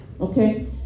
okay